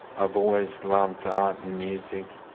i've always loved art and music,